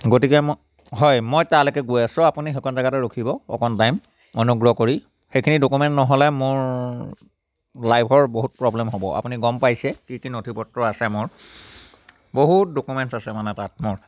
গতিকে ম হয় মই তালেকৈ গৈ আছোঁ আপুনি সেইকণ জেগাতে ৰখিব অকণ টাইম অনুগ্ৰহ কৰি সেইখিনি ডকুমেণ্ট নহ'লে মোৰ লাইভৰ বহুত প্ৰব্লেম হ'ব আপুনি গম পাইছে কি কি নথি পত্ৰ আছে মোৰ বহুত ডকুমেন্টছ আছে মানে তাত মোৰ